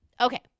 Okay